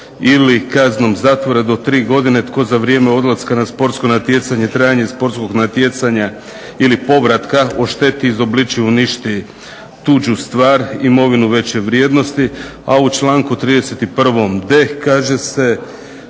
ili kaznom zatvora do 3 godine tko za vrijeme odlaska na sportsko natjecanje i trajanje sportskog natjecanja ili povratka ošteti, izobliči, uništi tuđu stvar, imovinu veće vrijednosti." A u članku 31.d kaže se: